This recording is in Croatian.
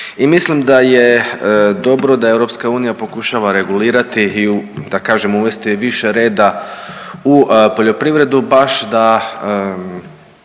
I mislim da je dobro da EU pokušava regulirati i da kažem uvesti više reda u poljoprivredu baš da